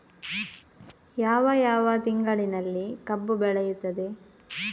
ಯಾವ ಯಾವ ತಿಂಗಳಿನಲ್ಲಿ ಕಬ್ಬು ಬೆಳೆಯುತ್ತದೆ?